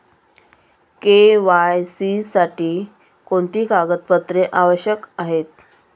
KYC साठी कोणती कागदपत्रे आवश्यक आहेत?